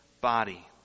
body